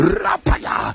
rapaya